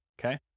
okay